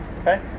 Okay